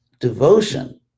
devotion